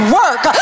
work